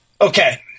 Okay